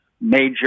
major